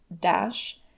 dash